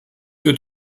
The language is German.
wird